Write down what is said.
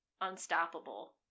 unstoppable